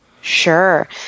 Sure